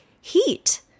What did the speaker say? heat